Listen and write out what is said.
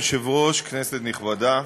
אדוני היושב-ראש, כנסת נכבדה,